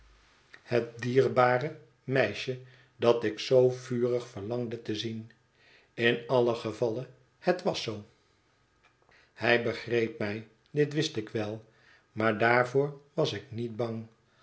het dierbare meisje dat ik zoo vurig verlangde te zien in allen gevalle het was zoo hij begreep mij dit wist ik wel maar daarvoor was ik niet bang